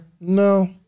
No